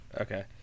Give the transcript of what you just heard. Okay